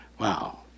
Wow